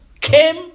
came